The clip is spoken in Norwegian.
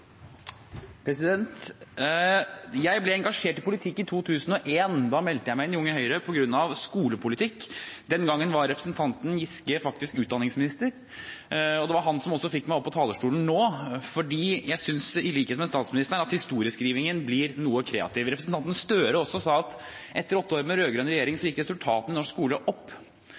andre. Jeg ble engasjert i politikk i 2001, da meldte jeg meg inn i Unge Høyre på grunn av skolepolitikk. Den gangen var representanten Giske faktisk utdanningsminister. Det var også han som fikk meg opp på talerstolen nå, fordi jeg synes – i likhet med statsministeren – at historieskrivingen blir noe kreativ. Representanten Gahr Støre sa også at etter åtte år med rød-grønn regjering gikk resultatene i norsk skole opp.